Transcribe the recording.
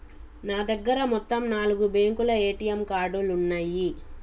నా దగ్గర మొత్తం నాలుగు బ్యేంకుల ఏటీఎం కార్డులున్నయ్యి